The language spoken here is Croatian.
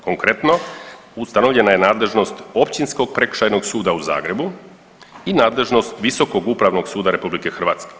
Konkretno, ustanovljena je nadležnost Općinskog prekršajnog suda u Zagrebu i nadležnost Visokog upravnog suda RH.